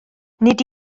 nid